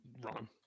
wrong